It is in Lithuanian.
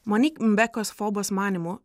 monik mbekos fobos manymu